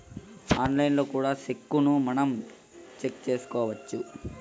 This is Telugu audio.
ఆన్లైన్లో కూడా సెక్కును మనం చెక్ చేసుకోవచ్చు